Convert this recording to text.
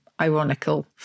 ironical